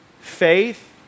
Faith